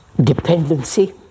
dependency